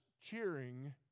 cheering